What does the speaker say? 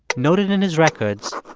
note it in his records.